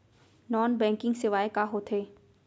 Non banking सेवाएं का होथे?